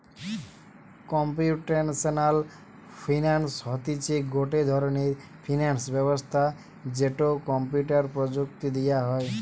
computational finance হতিছে গটে ধরণের ফিনান্স ব্যবস্থা যেটো কম্পিউটার প্রযুক্তি দিয়া হই